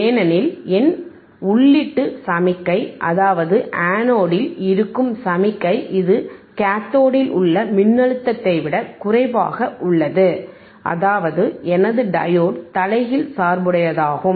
ஏனெனில் என் உள்ளீட்டு சமிக்ஞை அதாவது ஆனோடில் இருக்கும் சமிஞை இது கத்தோடில் உள்ள மின்னழுத்தத்தை விட குறைவாக உள்ளதுஅதாவது எனது டையோடு தலைகீழ் சார்புடையதாகும்